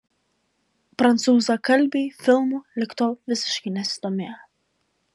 prancūzakalbiai filmu lig tol visiškai nesidomėjo